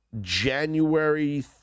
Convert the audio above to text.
January